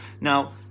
Now